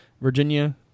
Virginia